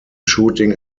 shooting